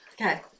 Okay